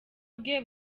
bwe